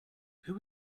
who